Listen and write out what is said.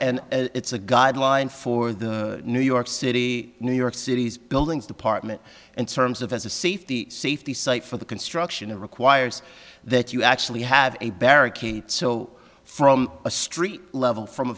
and it's a guideline for the new york city new york city's buildings department and terms of as a safety safety site for the construction and requires that you actually have a barricade so from a street level from a